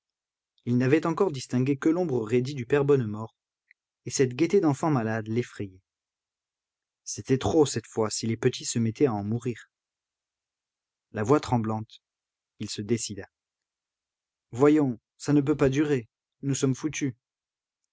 il n'avait encore distingué que l'ombre raidie du père bonnemort et cette gaieté d'enfant malade l'effrayait c'était trop cette fois si les petits se mettaient à en mourir la voix tremblante il se décida voyons ça ne peut pas durer nous sommes foutus